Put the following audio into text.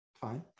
Fine